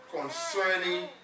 concerning